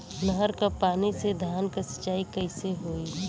नहर क पानी से धान क सिंचाई कईसे होई?